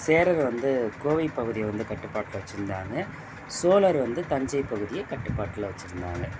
சேரர் வந்து கோவைப் பகுதியை வந்து கட்டுப்பாட்டில வச்சிருந்தாங்கள் சோழர் வந்து தஞ்சைப் பகுதிய கட்டுப்பாட்டில வச்சிருந்தாங்கள்